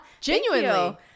Genuinely